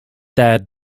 dad